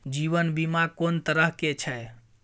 जीवन बीमा कोन तरह के छै?